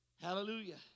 Hallelujah